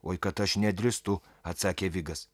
oi kad aš nedrįstu atsakė vigas